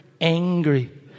angry